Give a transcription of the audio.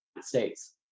States